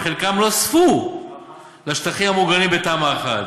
וחלקם נוספו לשטחים המוגנים בתמ"א 1,